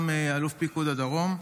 גם אלוף פיקוד הדרום.